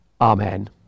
Amen